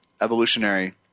evolutionary